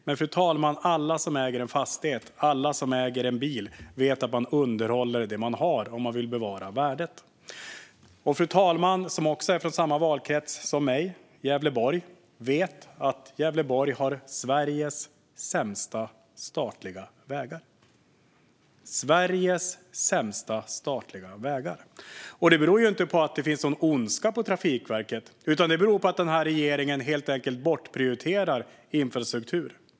Men alla som äger en fastighet, fru talman, alla som äger en bil vet att man underhåller det man har om man vill bevara värdet. Fru talmannen är från samma valkrets som jag, Gävleborg. Hon vet att Gävleborg har Sveriges sämsta statliga vägar. Det beror inte på att det finns någon ondska på Trafikverket, utan det beror på att den här regeringen helt enkelt bortprioriterar infrastruktur.